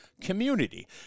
community